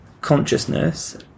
consciousness